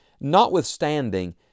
Notwithstanding